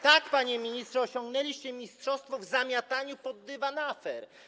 Tak, panie ministrze, osiągnęliście mistrzostwo w zamiataniu pod dywan afer.